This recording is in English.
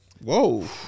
Whoa